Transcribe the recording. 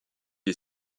est